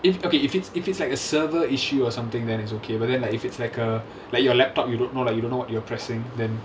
if okay if it's if it's like a server issue or something then it's okay but then like if it's like a like your laptop you don't know lah you don't know what you're pressing then